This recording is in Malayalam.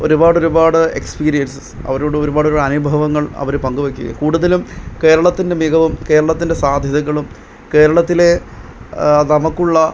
ഒരുപാടൊരുപാട് എക്സ്പീരിയൻസസ് അവരോട് ഒരുപാട് അനുഭവങ്ങൾ അവര് പങ്കുവെക്കുകയും കൂടുതലും കേരളത്തിൻ്റെ മികവും കേരളത്തിൻ്റെ സാധ്യതകളും കേരളത്തിലെ നമുക്കുള്ള